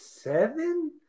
seven